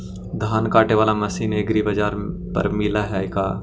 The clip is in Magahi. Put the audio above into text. धान काटे बाला मशीन एग्रीबाजार पर मिल है का?